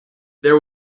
there